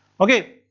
ok?